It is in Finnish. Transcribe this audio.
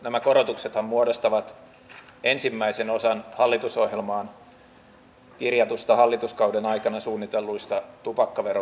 nämä korotuksethan muodostavat ensimmäisen osan hallitusohjelmaan kirjatuista hallituskauden aikana suunnitelluista tupakkaveron korotuksista